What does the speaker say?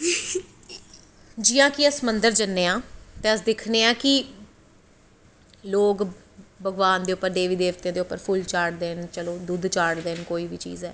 जियां कि अस मन्दर जन्ने आं ते अस दिक्खनें आ कि लेग भगवान दे उप्पर देवी देवतें दे उप्पर फुल्ल चाढ़दे न दुद्द चाड़दे न कोई बी चीज़ ऐ